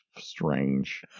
strange